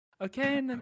Okay